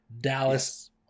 Dallas